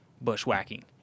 bushwhacking